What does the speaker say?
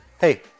hey